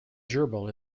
gerbil